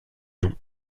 nom